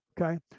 Okay